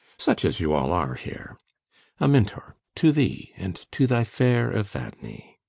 such as you all are here amintor, to thee and to thy fair evadne.